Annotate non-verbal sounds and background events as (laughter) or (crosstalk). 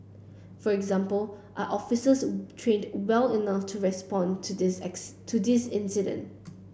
for example are officers trained well enough to respond to these (unintelligible) to these incident